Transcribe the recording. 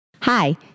Hi